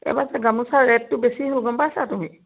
এইবাৰ চাগে গামোচা ৰেটটো বেছি হ'ব গ'ম পাইছা তুমি